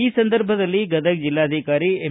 ಈ ಸಂದರ್ಭದಲ್ಲಿ ಗದಗ ಜೆಲ್ಲಾಧಿಕಾರಿ ಎಂ